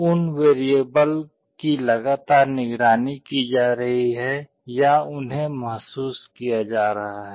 उन वेरिएबल की लगातार निगरानी की जा रही है या उन्हें महसूस किया जा रहा है